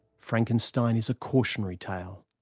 frankenstein is a cautionary tale.